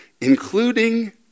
including